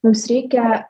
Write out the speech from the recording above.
mums reikia